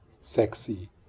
sexy